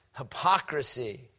hypocrisy